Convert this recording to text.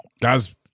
Guys